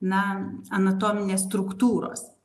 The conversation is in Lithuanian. na anatominės struktūros